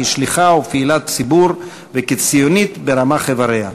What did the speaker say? כשליחה ופעילת ציבור וכציונית ברמ"ח אבריה.